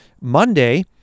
Monday